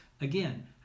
Again